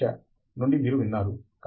కానీ మనలో చాలా మంది అసలైన వారు కాదు